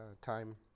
time